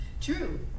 True